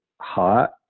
hot